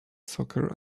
soccer